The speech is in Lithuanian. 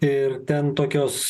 ir ten tokios